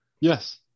Yes